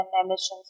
emissions